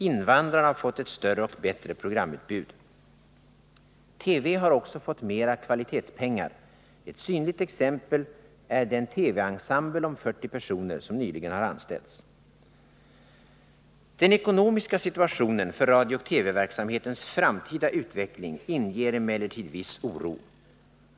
Invandrarna har fått ett större och bättre programutbud. TV har också fått mera kvalitetspengar. Ett synligt exempel är den TV-ensemble om 40 personer som nyligen har anställts. Den ekonomiska situationen för radiooch TV-verksamhetens framtida utveckling inger emellertid viss oro.